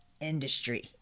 industry